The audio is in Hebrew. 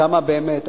כמה באמת.